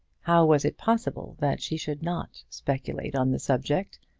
how was it possible that she should not speculate on the subject,